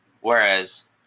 Whereas